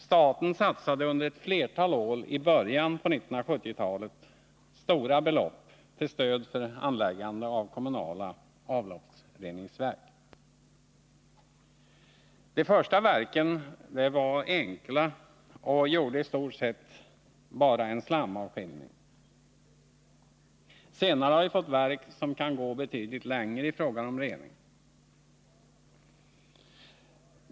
Staten satsade under ett flertal år i början på 1970-talet stora belopp till stöd för anläggande av kommunala avloppsreningsverk. De första verken var enkla och gjorde i stort sett bara en slamavskiljning. Senare har vi fått verk som kan gå betydligt längre i fråga om rening.